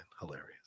Hilarious